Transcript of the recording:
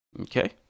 Okay